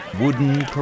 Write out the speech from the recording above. wooden